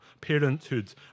parenthood